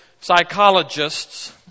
psychologists